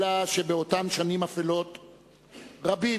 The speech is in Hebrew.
אלא שבאותן שנים אפלות רבים,